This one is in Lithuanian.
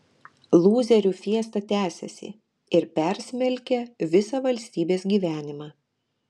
lūzerių fiesta tęsiasi ir persmelkia visą valstybės gyvenimą